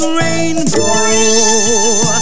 rainbow